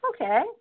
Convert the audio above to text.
Okay